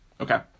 Okay